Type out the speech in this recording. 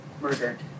murdered